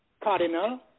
Cardinal